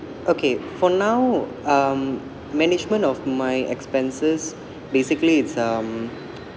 okay for now um management of my expenses basically it's um